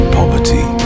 poverty